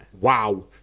Wow